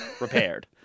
Repaired